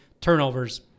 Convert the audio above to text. turnovers